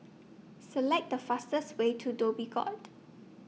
Select The fastest Way to Dhoby Ghaut